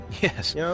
Yes